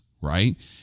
right